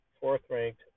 fourth-ranked